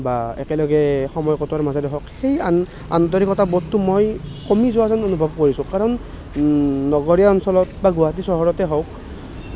বা একেলগে সময় কটোৱাৰ মাজেৰে হওক সেই আন্তৰিকতাবোধটো মই কমি যোৱা যেন অনুভৱ কৰিছোঁ কাৰণ নগৰীয়া অঞ্চলত বা গুৱাহাটী চহৰতে হওক